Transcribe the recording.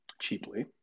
cheaply